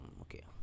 okay